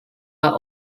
are